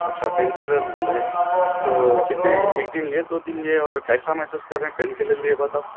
اچھا painkiller لیے تو کتنے ایک دن لیے دو دن لیے اور کیسا محسوس کر رہے ہیں پین کیلر لیے بعد آپ